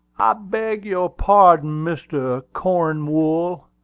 i beg your parding, mr. cornwool.